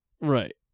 Right